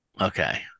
Okay